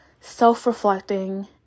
self-reflecting